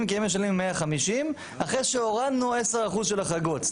כי הם משלמים 150 אחרי שהורדנו 10% של החרגות,